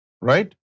right